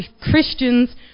Christians